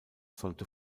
sollte